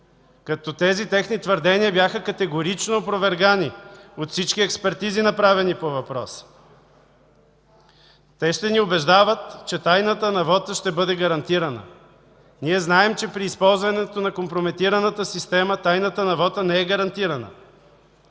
като тези техни твърдения бяха категорично опровергани от всички експертизи, направени по въпроса, те ще ни убеждават, че тайната на вота ще бъде гарантирана. Ние знаем, че при използването на компрометираната система тайната на вота не е гарантирана.